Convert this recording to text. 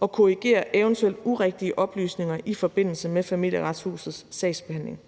og korrigere eventuelle urigtige oplysninger i forbindelse med Familieretshusets sagsbehandling.